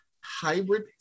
hybrid